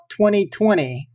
2020